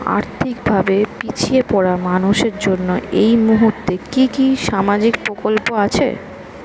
আর্থিক ভাবে পিছিয়ে পড়া মানুষের জন্য এই মুহূর্তে কি কি সামাজিক প্রকল্প আছে?